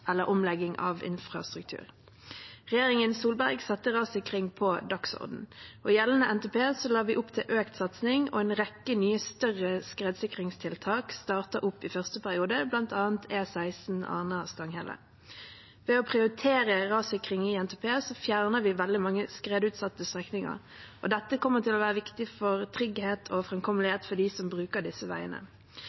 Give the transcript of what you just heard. eller omlegging av infrastruktur. Solberg-regjeringen satte rassikring på dagsordenen. I gjeldende NTP la vi opp til økt satsing, og en rekke nye, større skredsikringstiltak ble startet opp i første periode, bl.a. E16 Arna–Stanghelle. Ved å prioritere rassikring i NTP fjernet vi veldig mange skredutsatte strekninger. Dette kommer til å være viktig for trygghet og framkommelighet for dem som bruker disse veiene.